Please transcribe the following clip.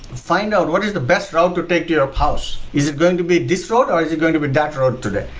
find out what is the best route to take to your house. is it going to be this road or is it going to that road today?